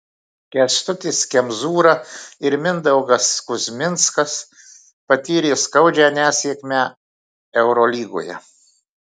kęstutis kemzūra ir mindaugas kuzminskas patyrė skaudžią nesėkmę eurolygoje